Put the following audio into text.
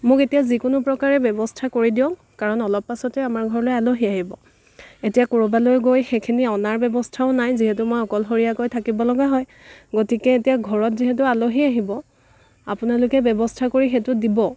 মোক এতিয়া যিকোনো প্ৰকাৰে ব্যৱস্থা কৰি দিয়ক কাৰণ অলপ পাছতে আমাৰ ঘৰলৈ আলহী আহিব এতিয়া কৰবালৈ গৈ সেইখিনি অনাৰ ব্যৱস্থাও নাই যিহেতু মই অকলশৰীয়াকৈ থাকিব লগা হয় গতিকে এতিয়া ঘৰত যিহেতু আলহী আহিব আপোনালোকে ব্যৱস্থা কৰি সেইটো দিব